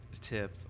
tip